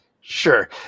Sure